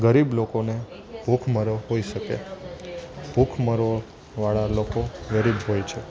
ગરીબ લોકોને ભૂખમરો હોઈ શકે ભૂખમરોવાળા લોકો ગરીબ હોય છે